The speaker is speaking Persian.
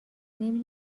نمی